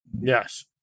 Yes